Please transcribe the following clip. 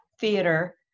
theater